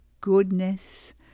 goodness